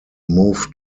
moved